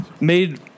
made